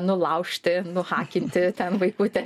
nulaužti nuhakinti ten vaikutį